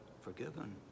forgiven